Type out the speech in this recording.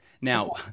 Now